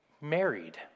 married